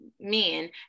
men